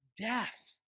death